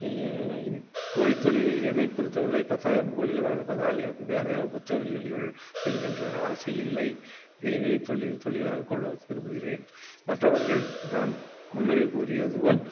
கோழித்தொழிலில் என்னை பொறுத்த வரையில் பத்தாயிரம் கோழிகள் வளர்ப்பதால் எனக்கு வேற தொழில்கள் செய்கின்ற ஆசை இல்லை இதையவே தொழி தொழிலாக கொள்ள விரும்புகிறேன் மற்றவர்கள் நான் முன்னாடி கூறியது போல்